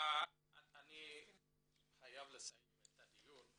אני חייב לסיים את הדיון.